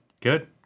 good